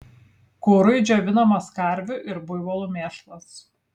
kurui džiovinamas karvių ir buivolų mėšlas